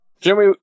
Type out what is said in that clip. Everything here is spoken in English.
Jimmy